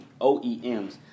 OEMs